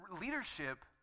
leadership